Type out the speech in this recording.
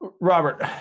Robert